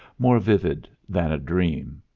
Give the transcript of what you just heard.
more vivid than a dream.